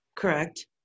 Correct